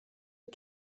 les